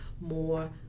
more